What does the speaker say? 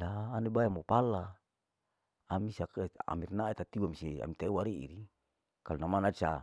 yaa ane bae mupala ami saket amir nae tatiwe mesie ami tatua riri kalu nama nae di saa.